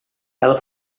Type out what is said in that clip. ela